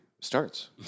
starts